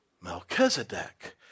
Melchizedek